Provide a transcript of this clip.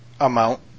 amount